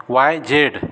Y Z